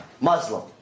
Muslim